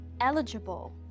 eligible